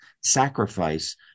sacrifice